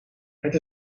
het